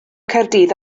caerdydd